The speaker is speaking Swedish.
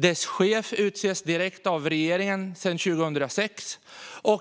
Dess chef utses direkt av regeringen sedan 2006.